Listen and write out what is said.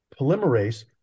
polymerase